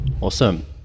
Awesome